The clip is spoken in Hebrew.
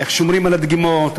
איך שומרים על הדגימות,